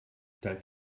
dank